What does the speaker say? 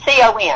CON